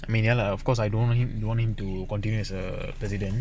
I mean ya lah of course I don't want him don't want him to continue as a president